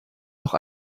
noch